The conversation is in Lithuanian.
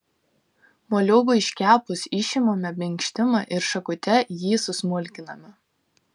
moliūgui iškepus išimame minkštimą ir šakute jį susmulkiname